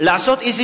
לעשות איזה